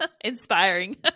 Inspiring